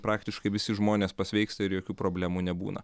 praktiškai visi žmonės pasveiksta ir jokių problemų nebūna